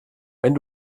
wenn